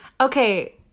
Okay